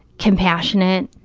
compassionate,